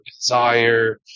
desire